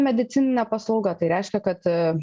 medicininė paslauga tai reiškia kad